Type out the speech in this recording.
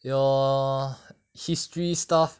your history stuff